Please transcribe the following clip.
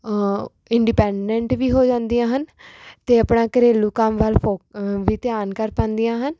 independent ਵੀ ਹੋ ਜਾਂਦੀਆਂ ਹਨ ਅਤੇ ਆਪਣਾ ਘਰੇਲੂ ਕੰਮ ਵੱਲ ਫੋਕ ਵੀ ਧਿਆਨ ਕਰ ਪਾਉਂਦੀਆਂ ਹਨ